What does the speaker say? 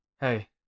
Hey